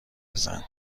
بزن